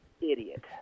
idiot